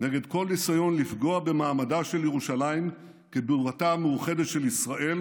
נגד כל ניסיון לפגוע במעמדה של ירושלים כבירתה המאוחדת של ישראל